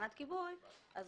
לתחנת כיבוי אש,